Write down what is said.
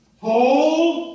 hold